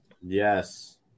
Yes